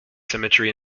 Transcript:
symmetry